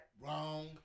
Wrong